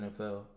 NFL